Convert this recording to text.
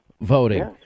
voting